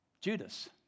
Judas